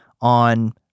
on